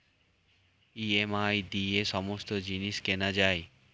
EMI দিয়ে সমস্ত জিনিস কেনা যায়